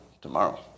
tomorrow